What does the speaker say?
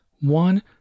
One